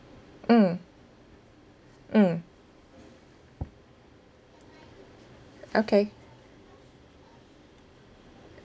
mm mm okay